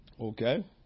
Okay